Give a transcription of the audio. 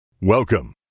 Welcome